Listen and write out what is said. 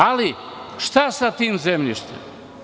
Ali, šta sa tim zemljištem?